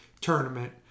tournament